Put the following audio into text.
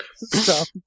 Stop